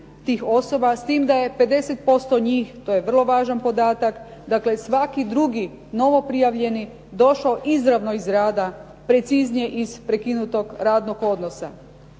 tih osoba s tim da je 50% njih, to je vrlo važan podatak, dakle svaki drugi novoprijavljeni došao izravno iz rada, preciznije iz prekinutog radnog odnosa.